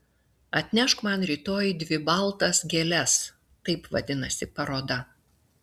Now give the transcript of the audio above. atnešk man rytoj dvi baltas gėles taip vadinasi paroda